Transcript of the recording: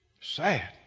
Sad